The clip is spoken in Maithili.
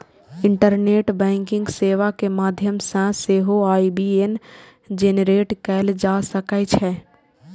इंटरनेट बैंकिंग सेवा के माध्यम सं सेहो आई.बी.ए.एन जेनरेट कैल जा सकै छै